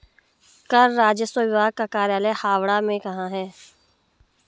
कर राजस्व विभाग का कार्यालय हावड़ा में कहाँ है?